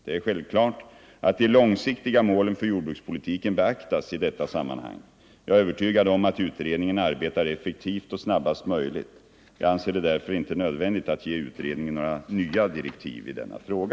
Det är självklart att de långsiktiga målen för jordbrukspolitiken beaktas i detta sammanhang. Jag är övertygad om att utredningen arbetar effektivt och snabbast möjligt. Jag anser därför inte det nödvändigt att ge utredningen några nya direktiv i denna fråga.